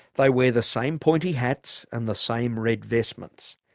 they wear the same pointy hats and the same red vestments.